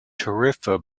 tarifa